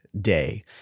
day